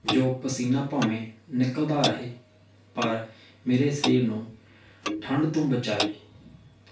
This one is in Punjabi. ਜੋ ਪਸੀਨਾ ਭਾਵੇਂ ਨਿਕਲਦਾ ਰਹੇ ਪਰ ਮੇਰੇ ਸਰੀਰ ਨੂੰ ਠੰਡ ਤੋਂ ਬਚਾਏ